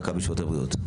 מכבי שירותי בריאות.